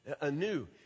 anew